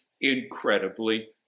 incredibly